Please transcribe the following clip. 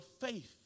faith